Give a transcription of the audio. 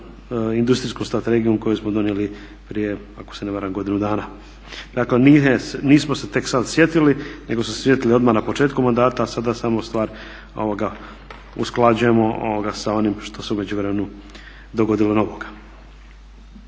industrijskom strategijom koju smo donijeli prije ako se ne varam godinu dana. Dakle, nismo se tek sad sjetili nego smo se sjetili odmah na početku mandata, a sada samo stvar usklađujemo sa onim što se u međuvremenu dogodilo novoga.